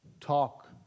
Talk